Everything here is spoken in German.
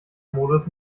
modus